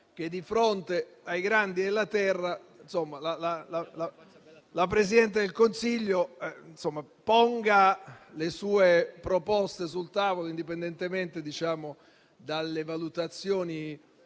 di fronte ai grandi della Terra, la Presidente del Consiglio possa porre le sue proposte sul tavolo, indipendentemente dalle valutazioni